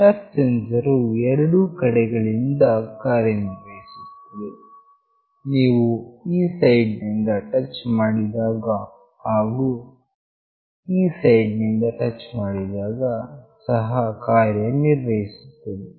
touch sensor ವು ಎರಡೂ ಕಡೆಗಳಿಂದ ಕಾರ್ಯ ನಿರ್ವಹಿಸುತ್ತದೆ ನೀವು ಈ ಸೈಡ್ ನಿಂದ ಟಚ್ ಮಾಡಿದಾಗ ಹಾಗು ಈ ಸೈಡ್ ನಿಂದ ಟಚ್ ಮಾಡಿದಾಗ ಸಹ ಕಾರ್ಯ ನಿರ್ವಹಿಸುತ್ತದೆ